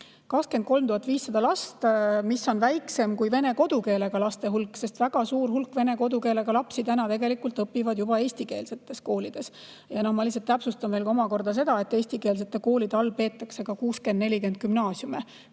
23 500. See on väiksem kui vene kodukeelega laste hulk, sest väga suur hulk vene kodukeelega lapsi tegelikult õpivad juba eestikeelsetes koolides. Ma täpsustan omakorda seda, et eestikeelsete koolide all peetakse silmas ka 60 : 40 gümnaasiume.